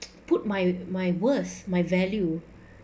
put my my worse my value